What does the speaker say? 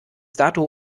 dato